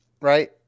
right